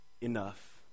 enough